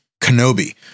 Kenobi